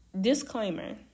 disclaimer